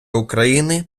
україни